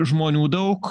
žmonių daug